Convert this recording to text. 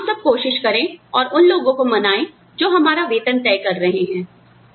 आइए हम सब कोशिश करें और उन लोगों को मनाए जो हमारा वेतन तय कर रहे हैं